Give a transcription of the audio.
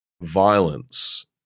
violence